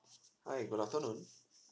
hi good afternoon